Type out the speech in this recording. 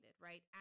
right